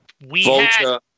vulture